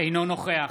אינו נוכח